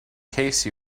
case